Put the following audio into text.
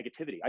negativity